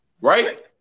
Right